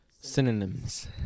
synonyms